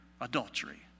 adultery